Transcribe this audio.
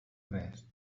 res